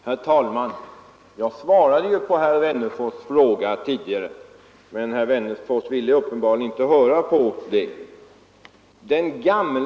Herr talman! Jag svarade ju på herr Wennerfors” fråga tidigare, men herr Wennerfors ville uppenbarligen inte höra på vad jag sade.